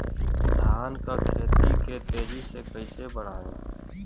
धान क खेती के तेजी से कइसे बढ़ाई?